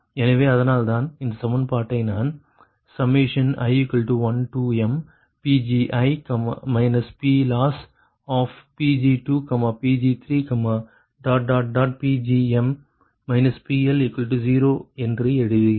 எனவே அதனால்தான் இந்த சமன்பாட்டை நான் i1mPgi PLossPg2Pg3Pgm PL0 என்று எழுதுகிறேன்